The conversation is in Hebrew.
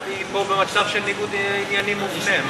הסוכנות היא במצב של ניגוד עניינים מובנה.